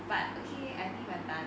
but okay I think you are done